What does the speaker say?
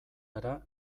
gara